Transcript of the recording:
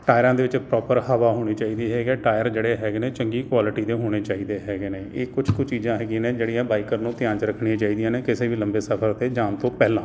ਟਾਇਰਾਂ ਦੇ ਵਿੱਚ ਪ੍ਰੋਪਰ ਹਵਾ ਹੋਣੀ ਚਾਹੀਦੀ ਹੈਗੀ ਆ ਟਾਇਰ ਜਿਹੜੇ ਹੈਗੇ ਨੇ ਚੰਗੀ ਕੁਆਲਿਟੀ ਦੇ ਹੋਣੇ ਚਾਹੀਦੇ ਹੈਗੇ ਨੇ ਇਹ ਕੁਛ ਕੁ ਚੀਜ਼ਾਂ ਹੈਗੀਆਂ ਨੇ ਜਿਹੜੀਆਂ ਬਾਈਕਰ ਨੂੰ ਧਿਆਨ 'ਚ ਰੱਖਣੀਆਂ ਚਾਹੀਦੀਆਂ ਨੇ ਕਿਸੇ ਵੀ ਲੰਬੇ ਸਫਰ 'ਤੇ ਜਾਣ ਤੋਂ ਪਹਿਲਾਂ